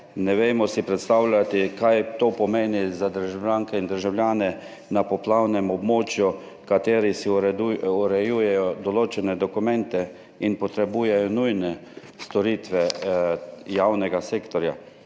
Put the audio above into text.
ne znamo predstavljati, kaj to pomeni za državljanke in državljane na poplavnem območju, ki si urejajo določene dokumente in potrebujejo nujne storitve javnega sektorja,